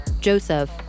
Joseph